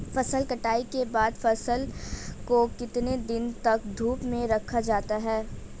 फसल कटाई के बाद फ़सल को कितने दिन तक धूप में रखा जाता है?